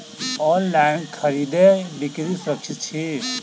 online खरीदै बिक्री सुरक्षित छी